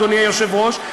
אדוני היושב-ראש,